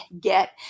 get